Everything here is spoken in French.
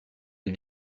des